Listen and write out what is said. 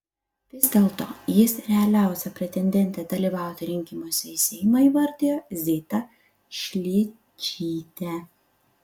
vis dėlto jis realiausia pretendente dalyvauti rinkimuose į seimą įvardijo zitą šličytę